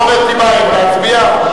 רוברט טיבייב, להצביע?